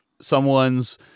someone's